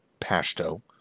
Pashto